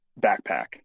backpack